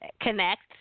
connect